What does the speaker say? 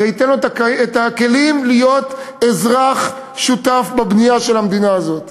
זה ייתן לו את הכלים להיות אזרח שותף בבנייה של המדינה הזאת.